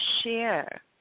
share